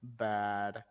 bad